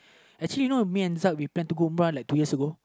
actually know me and we plan to go like two years ago